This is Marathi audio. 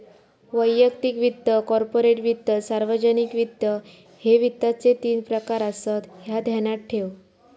वैयक्तिक वित्त, कॉर्पोरेट वित्त, सार्वजनिक वित्त, ह्ये वित्ताचे तीन प्रकार आसत, ह्या ध्यानात ठेव